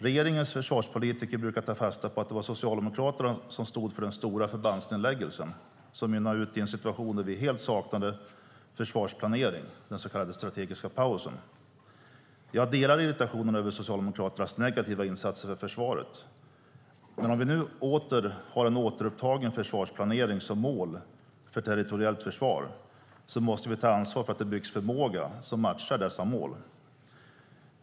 Regeringens försvarspolitiker brukar ta fasta på att det var Socialdemokraterna som stod för den stora förbandsnedläggelsen som mynnade ut i en situation där vi helt saknade försvarsplanering, den så kallade strategiska pausen. Jag delar irritationen över Socialdemokraternas negativa insatser för försvaret, men om vi nu åter har en återupptagen försvarsplanering som mål för territoriellt försvar måste vi ta ansvar för att det byggs förmåga som matchar dessa mål.